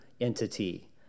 entity